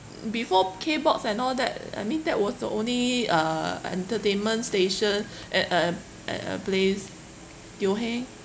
before K box and all that I mean that was the only uh entertainment station at a at a place Teo Heng